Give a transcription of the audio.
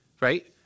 Right